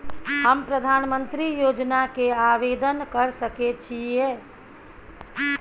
हम प्रधानमंत्री योजना के आवेदन कर सके छीये?